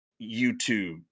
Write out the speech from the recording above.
youtube